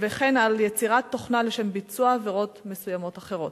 וכן יצירת תוכנה לשם ביצוע עבירות מסוימות אחרות.